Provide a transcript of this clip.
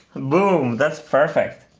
boom, that's perfect!